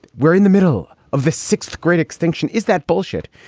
we're in the middle of the sixth great extinction. is that bullshit?